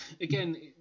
again